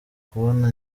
kubona